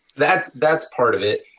that's that's part of it.